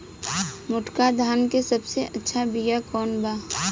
मोटका धान के सबसे अच्छा बिया कवन बा?